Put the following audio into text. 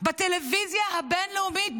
בטלוויזיה הבין-לאומית,